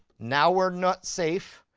now we're not safe,